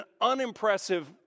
unimpressive